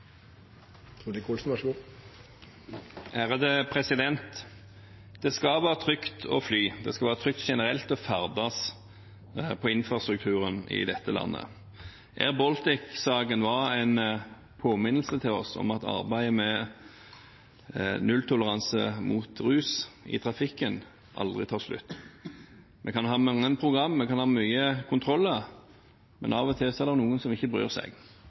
Det skal være trygt å fly. Det skal generelt være trygt å ferdes på infrastrukturen i dette landet. Air Baltic-saken var en påminnelse til oss om at arbeidet med nulltoleranse mot rus i trafikken aldri tar slutt. En kan ha mange program, en kan ha mange kontroller, men av og til er det noen som ikke bryr seg.